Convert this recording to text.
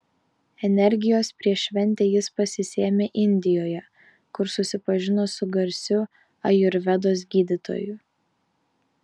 energijos prieš šventę jis pasisėmė indijoje kur susipažino su garsiu ajurvedos gydytoju